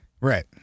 right